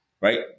right